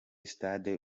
sitade